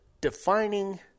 defining